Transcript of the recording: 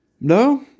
No